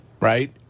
right